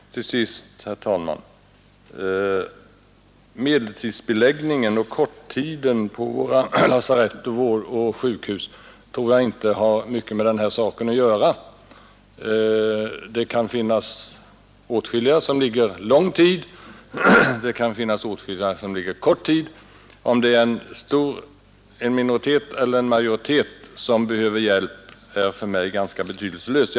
Till sist, herr talman: Att den genomsnittliga vårdtiden på våra lasarett och sjukhus är kort tror jag inte har mycket med denna fråga att göra. Det kan finnas åtskilliga som ligger lång tid. Det kan finnas åtskilliga som ligger kort tid. Om det är en minoritet eller en majoritet som behöver hjälp är för mig ganska betydelselöst.